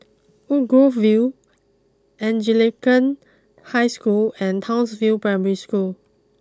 Woodgrove view Anglican High School and Townsville Primary School